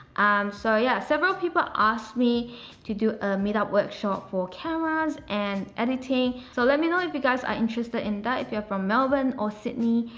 um so yeah several people ask me to do a meet up workshop for cameras and editing, so let me know if you guys are interested in that if you're in melbourne or sydney,